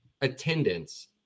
attendance